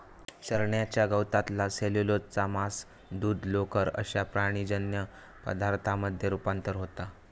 चरण्याच्या गवतातला सेल्युलोजचा मांस, दूध, लोकर अश्या प्राणीजन्य पदार्थांमध्ये रुपांतर होता